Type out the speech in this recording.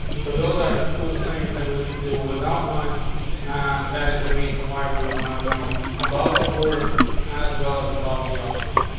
so those are the cool things that we can do without line and on. that is the reason why we would want to know about the border as well as about the outline.